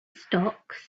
stocks